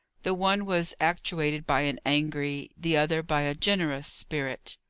the one was actuated by an angry, the other by a generous spirit.